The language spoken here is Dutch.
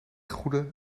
goede